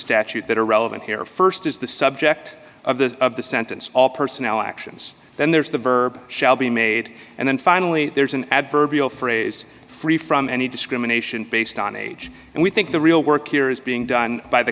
statute that are relevant here st is the subject of the of the sentence all personnel actions then there's the verb shall be made and then finally there is an adverbial phrase free from any discrimination based on age and we think the real work here is being done by the